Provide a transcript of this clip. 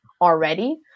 already